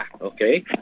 Okay